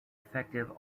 effective